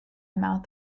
mouth